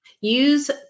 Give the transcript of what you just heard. use